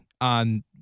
on